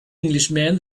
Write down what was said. englishman